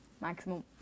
Maximum